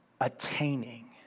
attaining